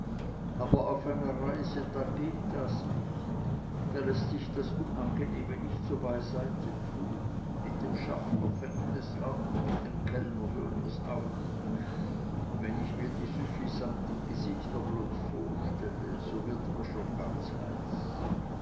aber auf einer reise da geht das nicht da läßt sich das unangenehme nicht so beiseite tun mit dem schaffner fängt es an und mit dem kellner hört es auf wenn ich mir die süffisanten gesichter bloß vorstelle so wird mir schon ganz heiß